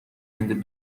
هند